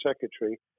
secretary